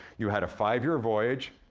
you had a five-year voyage.